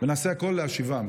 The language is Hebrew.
ונעשה הכול להשיבם.